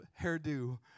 hairdo